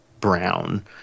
Brown